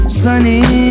sunny